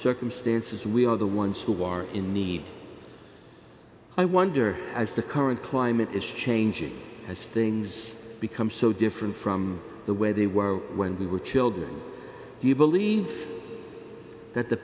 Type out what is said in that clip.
circumstances we are the ones who are in need i wonder as the current climate is changing as things become so different from the way they were when we were children do you believe that the